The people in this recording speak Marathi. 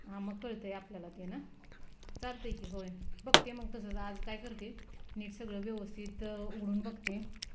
हां मग कळतं आहे आपल्याला ते ना चालतं आहे की होय बघते मग तसंच आज काय करते नीट सगळं व्यवस्थित उघडून बघते